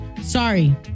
Sorry